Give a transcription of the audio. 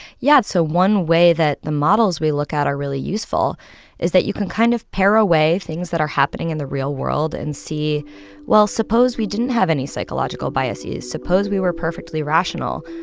yeah. so one way that the models we look at are really useful is that you can kind of pare away things that are happening in the real world and see well, suppose we didn't have any psychological biases. suppose we were perfectly rational.